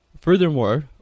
Furthermore